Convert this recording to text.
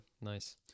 Nice